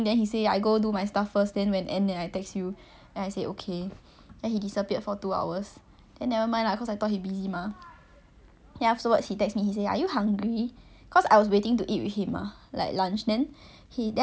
then afterwards he text me he say are you hungry cause I was waiting to eat with him mah like lunch then he then I say err okay lah if you gonna take very long I can eat myself first then he did not say anything about that then he just say err err